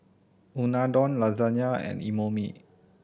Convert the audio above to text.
Unadon Lasagne and Imoni